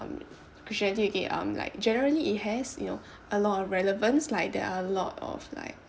um chrisitanity okay um like generally it has you know a lot of relevance like there a lot of like